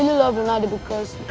love ronaldo because